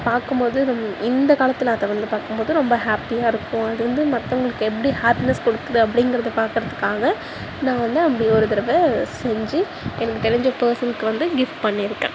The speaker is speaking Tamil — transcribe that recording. பார்க்கும்போதே இந்த காலத்தில் தொடர்ந்து பார்க்கும்போது ரொம்ப ஹாப்பியாக இருக்கும் அது வந்து மற்றவுங்களுக்கு எப்படி ஹாப்பினஸ் கொடுக்குது அப்படிங்கறத பார்க்கறதுக்காக நான் வந்து அப்படி ஒரு தடவை செஞ்சு எனக்கு தெரிஞ்ச பேர்சனுக்கு வந்து கிஃப்ட் பண்ணியிருக்கேன்